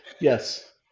yes